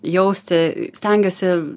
jausti stengiuosi